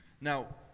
Now